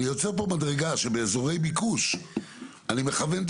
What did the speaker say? אני יוצר פה מדרגה שבאזורי ביקוש אני מכוון את